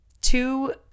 two